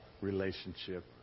relationship